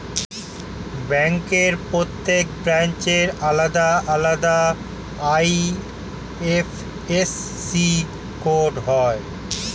ব্যাংকের প্রত্যেক ব্রাঞ্চের আলাদা আলাদা আই.এফ.এস.সি কোড হয়